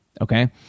okay